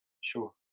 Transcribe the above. Sure